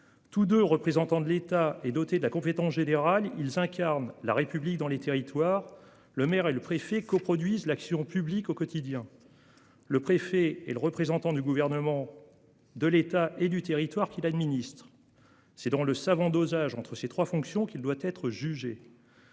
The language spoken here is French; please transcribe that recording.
Tous 2 représentants de l'État est dotée de la compétence générale ils incarnent la République dans les territoires. Le maire et le préfet coproduisent l'action publique au quotidien. Le préfet est le représentant du gouvernement. De l'État et du territoire qu'il administre céderont dont le savant dosage entre ces 3 fonctions qu'il doit être jugé.